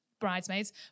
bridesmaids